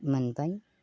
मोनबाय